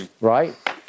right